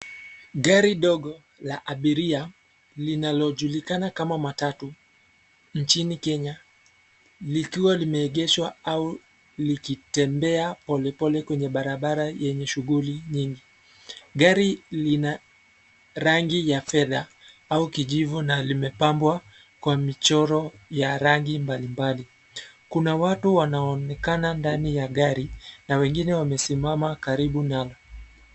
Gari dogo, la abiria, linalojulikana kama matatu, nchini Kenya, likiwa limeegeshwa au, likitembea pole pole kwenye barabara yenye shughuli nyingi, gari lina, rangi ya fedha, au kijivu na limepambwa, kwa michoro, ya rangi mbali mbali, kuna watu wanaoonekana ndani ya gari, na wengine wamesimama karibu nalo.